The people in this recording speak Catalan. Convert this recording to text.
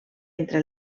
entre